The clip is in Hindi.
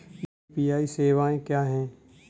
यू.पी.आई सवायें क्या हैं?